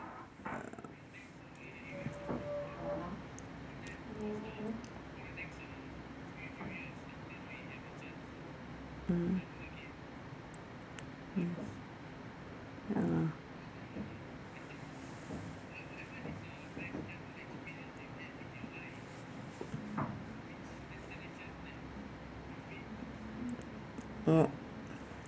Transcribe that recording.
mm mm ya oh